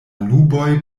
nuboj